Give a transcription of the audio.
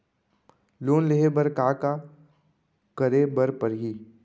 Loan लेहे बर का का का करे बर परहि?